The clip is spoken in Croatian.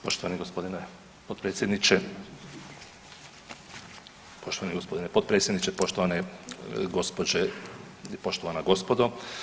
Poštovani g. potpredsjedniče, poštovani g. potpredsjedniče, poštovane gospođe i poštovana gospodo.